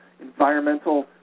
environmental